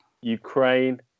Ukraine